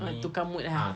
ah tukar mood ah